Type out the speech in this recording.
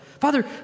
Father